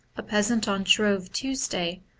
a peasant on shrove tuesday,